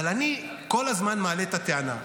אבל אני כל הזמן מעלה את הטענה,